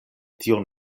tion